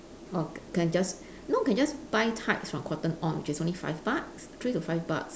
or can just you know can just buy tights from cotton on which is only five bucks three to five bucks